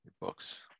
books